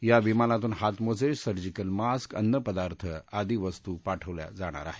या विमानातून हातमोजे सर्जीकल मास्क अन्नपदार्थ आदी वस्तू पाठवल्या जाणार आहेत